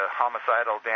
homicidal